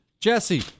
Jesse